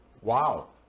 Wow